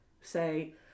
say